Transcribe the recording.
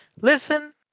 Listen